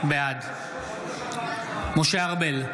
בעד משה ארבל,